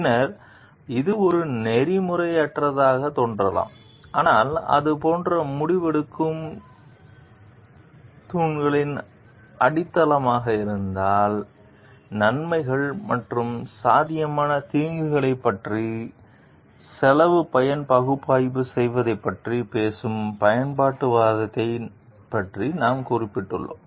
பின்னர் இது ஒரு நெறிமுறையற்றதாகத் தோன்றலாம் ஆனால் அது போன்ற முடிவெடுக்கும் தூண்களில் அடித்தளமாக இருந்தால் நன்மைகள் மற்றும் சாத்தியமான தீங்குகளைப் பற்றிய செலவு பயன் பகுப்பாய்வு செய்வதைப் பற்றி பேசும் பயன்பாட்டுவாதத்தைப் பற்றி நாம் குறிப்பிட்டுள்ளோம்